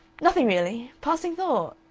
nothing really. passing thought.